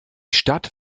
stadt